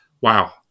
wow